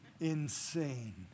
insane